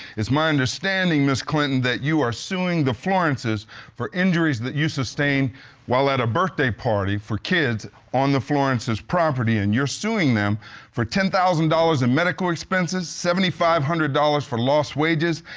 it's my understanding, ms. clinton, that you are suing the florence's for injuries that you sustained while at a birthday party for kids on the florence's property and you're suing them for ten thousand dollars in medical expenses, five hundred dollars for lost wages,